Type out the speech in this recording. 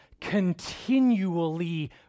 continually